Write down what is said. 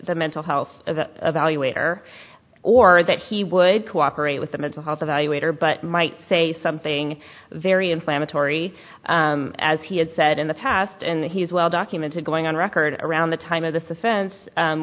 the mental health evaluation or or that he would cooperate with the mental health evaluator but might say something very inflammatory as he has said in the past and he's well documented going on record around the time of this offense